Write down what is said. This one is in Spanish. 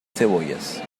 cebollas